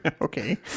Okay